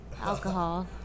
Alcohol